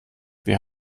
wir